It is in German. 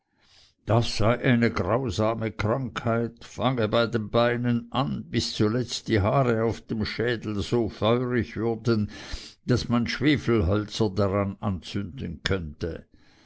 das sei eine grausame krankheit fange bei den beinen an bis zuletzt die haare auf dem schädel so feurig würden daß man schwefelhölzer daran anzünden könnte